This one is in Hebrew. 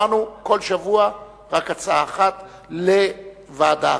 אמרנו שבכל שבוע רק הצעה אחת לוועדה אחת.